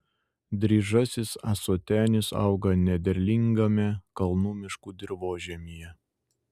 dryžasis ąsotenis auga nederlingame kalnų miškų dirvožemyje